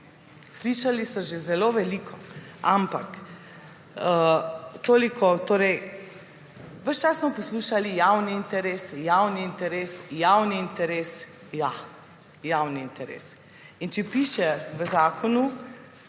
Slišali so že zelo veliko. Ves čas smo poslušali javni interes, javni interes, javni interes. Ja, javni interes. In če piše v zakonu,